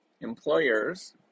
employers